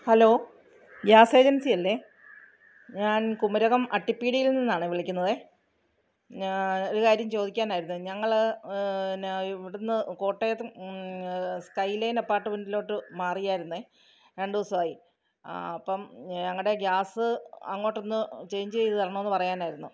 hello gas agency അല്ലെ ഞാൻ കുമരകം അട്ടിപീട്യേൽ നിന്നാണെ വിളിക്കുന്നതെ ഒരു കാര്യം ചോദിക്കാനായിരുന്നു ഞങ്ങള് ന ഇവിടെനിന്ന് കോട്ടയത്ത് സ്കൈലൈനപ്പാട്ട്മെൻറ്റിലോട്ട് മാറിയാരുന്നെ രണ്ടു ദിവസമായി അപ്പോള് ഞങ്ങളുടെ ഗ്യാസ്സ് അങ്ങോട്ടൊന്ന് ചേയ്ഞ്ചേത് തരണമെന്ന് പറയാനായിരുന്നു